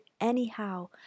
anyhow